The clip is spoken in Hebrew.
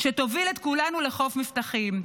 שתוביל את כולנו לחוף מבטחים,